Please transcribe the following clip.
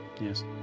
Yes